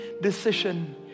decision